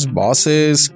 bosses